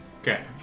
Okay